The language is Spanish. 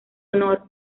honor